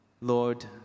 Lord